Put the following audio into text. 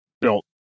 built